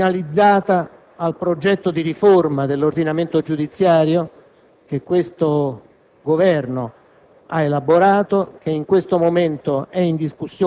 contro la proposta del Governo.